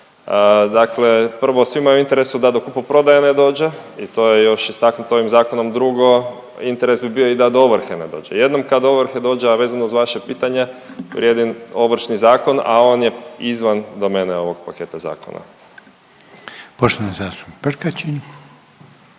Dakle, prvo, svima je u interesu da do kupoprodaje ne dođe i to je još istaknuto ovim Zakonom, drugo, interes bi bio i da do ovrhe ne dođe. Jednom kad ovrha dođe, a vezano uz vaše pitanje, vrijedi Ovršni zakon, a on je izvan domene ovog paketa zakona. **Reiner,